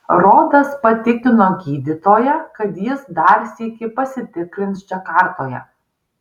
rodas patikino gydytoją kad jis dar sykį pasitikrins džakartoje